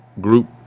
group